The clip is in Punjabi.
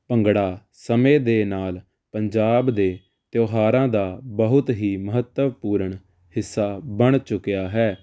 ਭੰਗੜਾ ਸਮੇਂ ਦੇ ਨਾਲ਼ ਪੰਜਾਬ ਦੇ ਤਿਓਹਾਰਾਂ ਦਾ ਬਹੁਤ ਹੀ ਮਹੱਤਵਪੂਰਨ ਹਿੱਸਾ ਬਣ ਚੁੱਕਿਆ ਹੈ